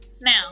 Now